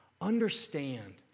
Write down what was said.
Understand